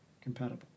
compatible